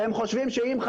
והם חושבים שאם מישהו,